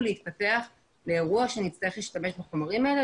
להתפתח לאירוע שנצטרך להשתמש בחומרים האלה,